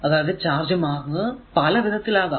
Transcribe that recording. അതായതു ചാർജ് മാറുന്നത് പല വിധത്തിൽ ആകാം